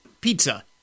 pizza